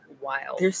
wild